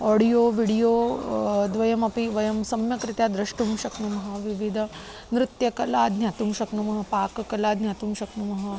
audio video द्वयमपि वयं सम्यक्रीत्या द्रष्टुं शक्नुमः विविधा नृत्यकलां ज्ञातुं शक्नुमः पाककलां ज्ञातुं शक्नुमः